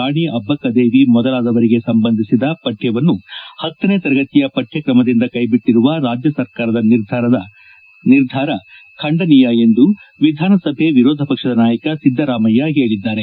ರಾಣಿ ಅಬ್ಲಕ್ಷದೇವಿ ಮೊದಲಾದವರಿಗೆ ಸಂಬಂಧಿಸಿದ ಪಠ್ಯವನ್ನು ಪತ್ತನೇ ತರಗತಿಯ ಪಕ್ಕಮದಿಂದ ಕೈ ಬಿಟ್ಟರುವ ರಾಜ್ಯ ಸರ್ಕಾರದ ನಿರ್ಧಾರ ಖಂಡನೀಯ ಎಂದು ವಿಧಾನಸಭೆ ವಿರೋಧ ಪಕ್ಕದ ನಾಯಕ ಸಿದ್ದರಾಮಯ್ಯ ಹೇಳದ್ದಾರೆ